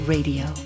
Radio